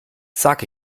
sag